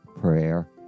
prayer